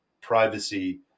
privacy